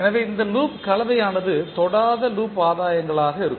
எனவே இந்த லூப் கலவையானது தொடாத லூப் ஆதாயங்களாக இருக்கும்